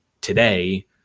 today